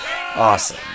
Awesome